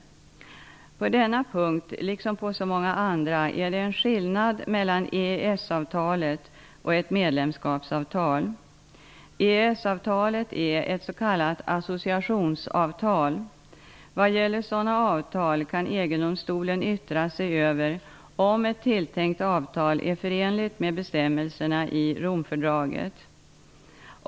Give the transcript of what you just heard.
På denna punkt -- liksom på så många andra -- är det en skillnad mellan EES-avtalet och ett medlemskapsavtal. EES-avtalet är ett s.k. associationsavtal. Vad gäller sådana avtal kan EG domstolen yttra sig över om ett tilltänkt avtal är förenligt med bestämmelserna i Romfördraget.